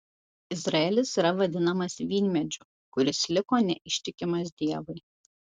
izraelis yra vadinamas vynmedžiu kuris liko neištikimas dievui